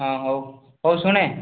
ହଁ ହଉ ହଉ ଶୁଣେ